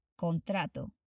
Contrato